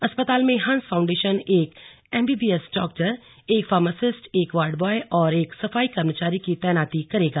अस्पताल में हंस फाउंडेशन एक एमबीबीएस डाक्टर एक फार्मासिस्ट एक वार्ड बॉय और एक सफाई कर्मचारी को तैनात करेगा